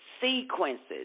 sequences